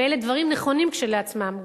ואלה דברים נכונים כשלעצמם,